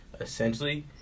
essentially